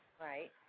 Right